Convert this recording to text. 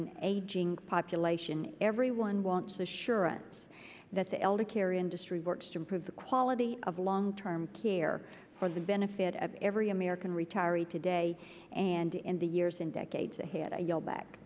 an aging population everyone wants assurance that the elder care industry works to improve the quality of long term care for the benefit of every can retiree today and in the years and decades ahead i yell back